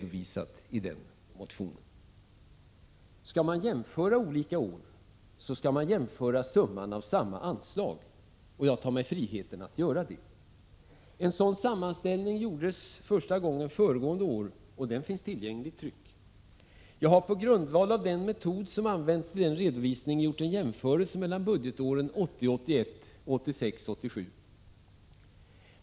Om man skall jämföra olika år skall man jämföra summan av samma anslag, och jag tar mig friheten att göra det. En sådan sammanställning gjordes första gången föregående år, och den finns tillgänglig i tryck. Jag har på grundval av den metod som använts i den redovisningen gjort en jämförelse mellan budgetåren 1980 87.